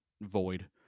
void